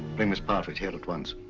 bring miss pattridge here at once.